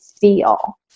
feel